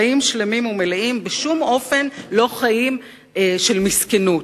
חיים שלמים ומלאים, בשום אופן לא חיים של מסכנות.